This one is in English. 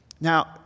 Now